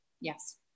Yes